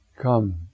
Come